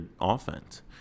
offense